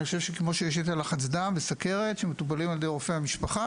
אני חושב שכמו שיש יתר לחץ דם וסוכרת שמטופלים על ידי רופא המשפחה,